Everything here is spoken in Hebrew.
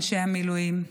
אנשי המילואים,